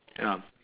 ya